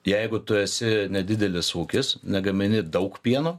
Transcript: jeigu tu esi nedidelis ūkis negamini daug pieno